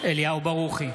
אליהו ברוכי,